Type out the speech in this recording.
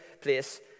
place